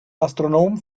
astronom